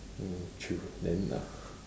mm true then ah